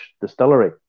Distillery